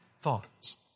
thoughts